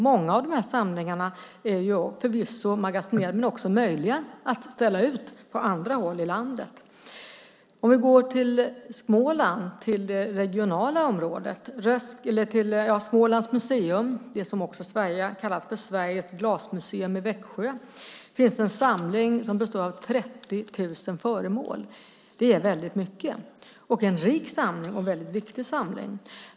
Många av samlingarna är förvisso magasinerade men möjliga att ställa ut på andra håll i landet. På Smålands museum - också kallat Sveriges glasmuseum i Växjö - finns en samling som består av 30 000 föremål. Det är mycket. Det är en rik och viktig samling.